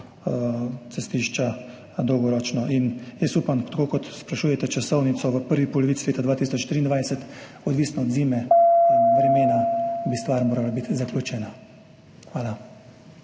cestišča dolgoročno in jaz upam, ko sprašujete za časovnico, v prvi polovici leta 2023, odvisno od zime in vremena, bi morala biti stvar zaključena. Hvala.